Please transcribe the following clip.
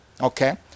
okay